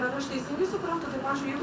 ar aš teisingai suprantu tai pavyzdžiui jeigu